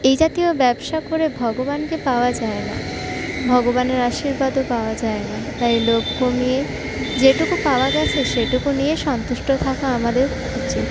এই জাতীয় ব্যবসা করে ভগবানকে পাওয়া যায় না ভগবানের আশীর্বাদও পাওয়া যায় না তাই লোভ কমিয়ে যেটুকু পাওয়া গেছে সেটুকু নিয়ে সন্তুষ্ট থাকা আমাদের উচিৎ